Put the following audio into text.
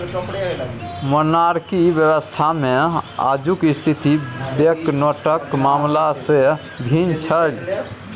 monarchy व्यवस्थामे आजुक स्थिति बैंकनोटक मामला सँ भिन्न छल